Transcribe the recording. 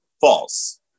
False